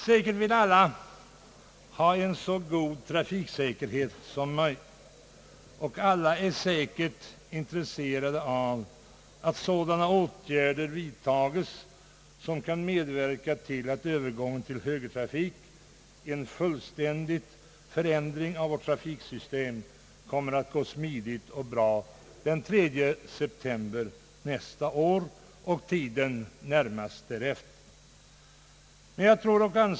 Säkert vill alla ha en så god trafiksäkerhet som möjligt och alla är säkert intresserade av att sådana åtgärder vidtages som kan medverka till att övergången till högertrafik — en fullständig förändring av vårt trafiksystem — kommer att gå smidigt och bra den 3 september nästa år och tiden närmast därefter.